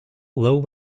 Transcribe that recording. low